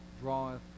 draweth